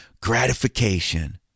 gratification